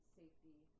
safety